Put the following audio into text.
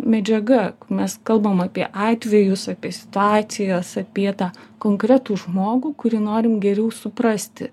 medžiaga mes kalbam apie atvejus apie situacijos apie tą konkretų žmogų kurį norim geriau suprasti